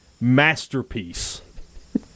masterpiece